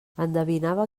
endevinava